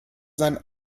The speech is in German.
seinen